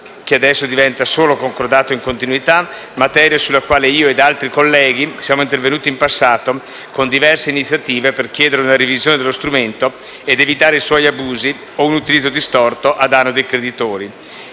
che adesso diventa solo concordato in continuità, materia sulla quale io, ed altri colleghi, siamo intervenuti in passato con diverse iniziative per chiedere una revisione dello strumento, ed evitare i suoi abusi o un utilizzo distorto, a danno dei creditori.